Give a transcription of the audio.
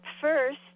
first